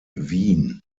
wien